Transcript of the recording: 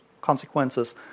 consequences